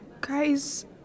Guys